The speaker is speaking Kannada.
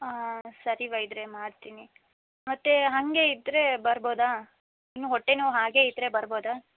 ಹಾಂ ಸರಿ ವೈದ್ಯರೇ ಮಾಡ್ತೀನಿ ಮತ್ತೆ ಹಾಗೇ ಇದ್ದರೆ ಬರ್ಬೋದಾ ಇನ್ನು ಹೊಟ್ಟೆನೋವು ಹಾಗೆ ಇದ್ದರೆ ಬರ್ಬೋದಾ